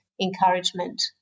encouragement